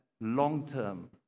long-term